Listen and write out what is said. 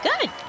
Good